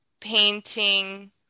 painting